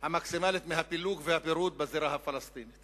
המקסימלית מהפילוג והפירוד בזירה הפלסטינית